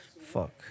Fuck